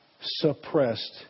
suppressed